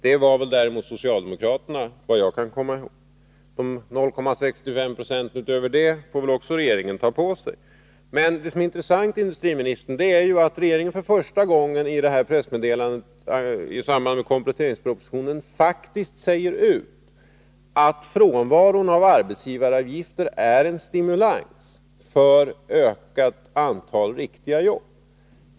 Det var däremot socialdemokraterna, enligt vad jag kan komma ihåg. De 0,65 76 därutöver får väl också regeringen ta på sig. Det som är intressant, herr industriminister, är att regeringen för första gången i pressmeddelandet i samband med kompletteringspropositionen faktiskt säger ut att frånvaron av arbetsgivaravgifter är en stimulans för ett ökat antal riktiga jobb.